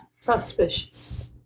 Suspicious